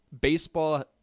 baseball